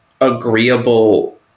agreeable